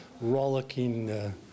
rollicking